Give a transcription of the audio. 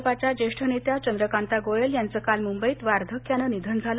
निधन गोयल ज्येष्ठ भाजपा नेत्या चंद्रकांता गोयल यांचं काल मुंबईत वार्धक्यानं निधन झालं